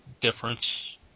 difference